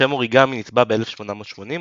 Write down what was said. השם "אוריגמי" נטבע ב-1880,